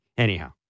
Anyhow